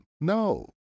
No